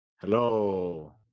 Hello